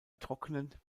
trocknen